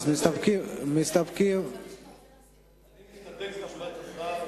אז מסתפקים, אני מסתפק בתשובת השר.